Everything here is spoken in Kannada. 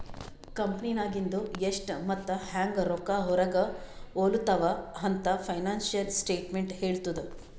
ಕಂಪೆನಿನಾಗಿಂದು ಎಷ್ಟ್ ಮತ್ತ ಹ್ಯಾಂಗ್ ರೊಕ್ಕಾ ಹೊರಾಗ ಹೊಲುತಾವ ಅಂತ್ ಫೈನಾನ್ಸಿಯಲ್ ಸ್ಟೇಟ್ಮೆಂಟ್ ಹೆಳ್ತುದ್